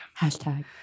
Hashtag